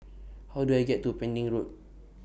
How Do I get to Pending Road